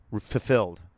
fulfilled